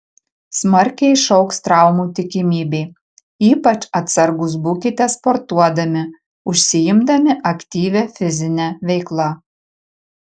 smarkiai išaugs traumų tikimybė ypač atsargūs būkite sportuodami užsiimdami aktyvia fizine veikla